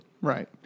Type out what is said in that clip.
Right